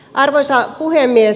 arvoisa puhemies